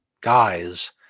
guys